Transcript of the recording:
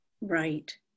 Right